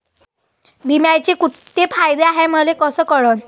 बिम्याचे कुंते फायदे हाय मले कस कळन?